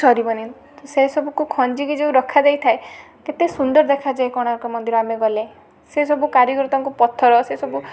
ସରିବନି ସେ ସବୁକୁ ଖଞ୍ଜି କି ଯେଉଁ ରଖା ଯାଇଥାଏ କେତେ ସୁନ୍ଦର ଦେଖାଯାଏ କୋଣାର୍କ ମନ୍ଦିର ଆମେ ଗଲେ ସେ ସବୁ କାରିଗର ତାଙ୍କୁ ପଥର ସେ ସବୁ